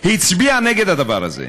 הצביעה נגד הדבר הזה.